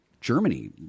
Germany